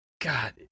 god